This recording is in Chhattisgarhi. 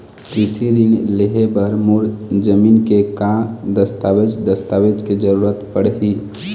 कृषि ऋण लेहे बर मोर जमीन के का दस्तावेज दस्तावेज के जरूरत पड़ही?